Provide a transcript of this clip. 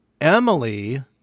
Emily